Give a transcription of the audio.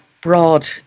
broad